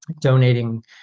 donating